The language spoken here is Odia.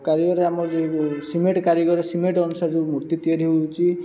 କାରିଗରରେ ଆମର ଯେଉଁ ସିମେଣ୍ଟ କାରିଗର ସିମେଣ୍ଟ ଅଂଶରେ ଯେଉଁ ମୂର୍ତ୍ତି ତିଆରି ହେଉଛି